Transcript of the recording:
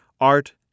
art